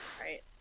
right